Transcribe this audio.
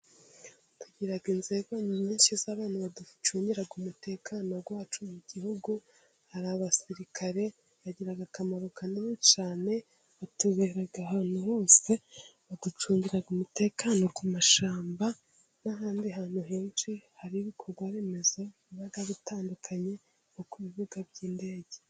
Tugira inzego nyinshi z'abantu baducungira umutekano wacu mu gihugu, hari abasirikare bagira akamaro kanini cyane, batubera ahantu hose, baducungira umutekano ku mashyamba, n'ahandi hantu henshi, hari ibikorwa remezo bitandukanye nko ku bibuga by'indege.